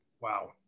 Wow